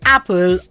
Apple